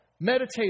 meditate